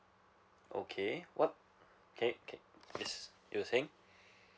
okay what okay ca~ yes you were saying